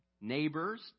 neighbors